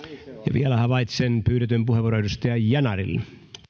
vielä havaitsen pyydetyn puheenvuoron edustaja yanarilla